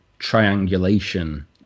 triangulation